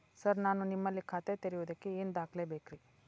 Sir ನಾನು ನಿಮ್ಮಲ್ಲಿ ಖಾತೆ ತೆರೆಯುವುದಕ್ಕೆ ಏನ್ ದಾಖಲೆ ಬೇಕ್ರಿ?